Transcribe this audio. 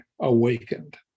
awakened